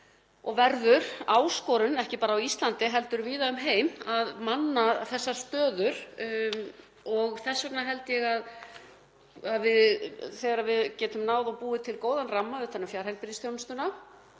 og verður áskorun, ekki bara á Íslandi heldur víða um heim, að manna þessar stöður. Þess vegna held ég að þegar við getum náð að búa til góðan ramma utan um fjarheilbrigðisþjónustuna